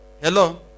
Hello